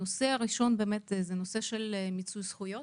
הנושא הראשון הוא נושא מיצוי הזכויות,